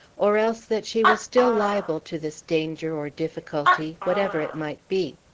or else that she was still liable to this danger or difficulty, whatever it might be.